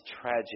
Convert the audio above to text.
tragic